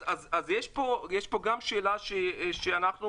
אז יש פה גם שאלה שאנחנו,